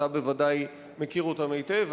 אתה בוודאי מכיר אותם היטב,